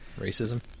Racism